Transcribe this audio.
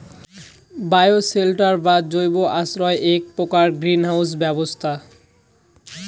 bioshelter বা জৈব আশ্রয় এ্যাক প্রকার গ্রীন হাউস ব্যবস্থা